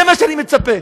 זה מה שאני מצפה,